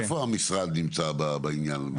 איפה המשרד נמצא עניין הזה?